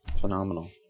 Phenomenal